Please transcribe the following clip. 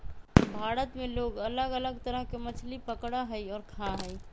भारत में लोग अलग अलग तरह के मछली पकडड़ा हई और खा हई